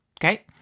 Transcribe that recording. Okay